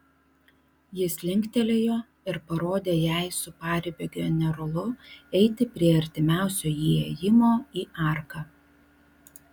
jis linktelėjo ir parodė jai su paribio generolu eiti prie artimiausio įėjimo į arką